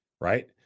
right